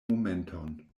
momenton